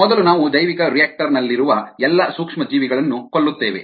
ಮೊದಲು ನಾವು ಜೈವಿಕರಿಯಾಕ್ಟರ್ ನಲ್ಲಿರುವ ಎಲ್ಲಾ ಸೂಕ್ಷ್ಮಜೀವಿಗಳನ್ನು ಕೊಲ್ಲುತ್ತೇವೆ